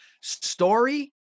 Story